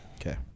Okay